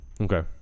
Okay